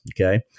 Okay